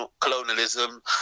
colonialism